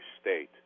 state